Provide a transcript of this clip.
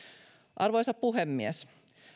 arvoisa puhemies